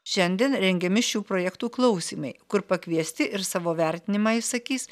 šiandien rengiami šių projektų klausymai kur pakviesti ir savo vertinimą išsakys